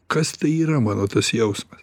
kas tai yra mano tas jausmas